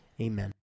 Amen